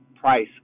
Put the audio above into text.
Price